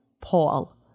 Paul